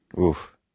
Oof